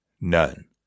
None